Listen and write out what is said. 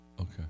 Okay